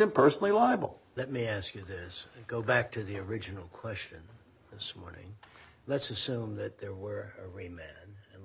him personally liable let me ask you this go back to the original question this morning let's assume that there where we met